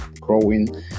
growing